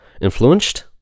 Influenced